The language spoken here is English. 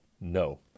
no